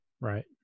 Right